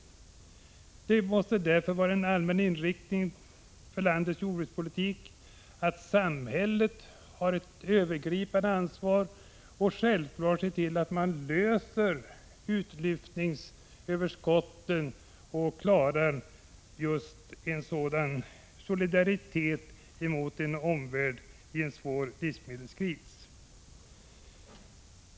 Samhället har därför det övergripande ansvaret för landets jordbrukspolitik och måste när det gäller överskottsproduktionen ta hänsyn till den solidaritet som vi måste visa vår omvärld i en svår livsmedelskris.